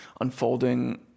unfolding